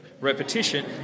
Repetition